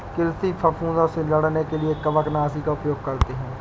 कृषि फफूदों से लड़ने के लिए कवकनाशी का उपयोग करते हैं